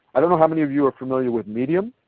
i don't know how many of you are familiar with medium.